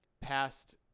past